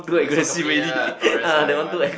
like Scorpio lah Taurus lah you want